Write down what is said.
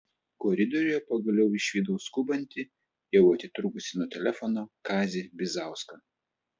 koridoriuje pagaliau išvydau skubantį jau atitrūkusį nuo telefono kazį bizauską